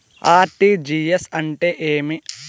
RTGS అంటే ఏమి